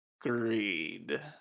Greed